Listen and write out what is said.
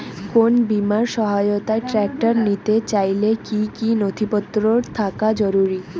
কোন বিমার সহায়তায় ট্রাক্টর নিতে চাইলে কী কী নথিপত্র থাকা জরুরি?